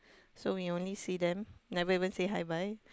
so we only see them never even say hi bye